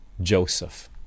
Joseph